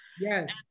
yes